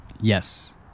Yes